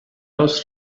was